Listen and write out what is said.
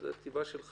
שזו טבעה של חקירה,